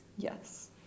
Yes